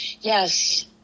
Yes